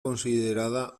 considerada